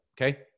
Okay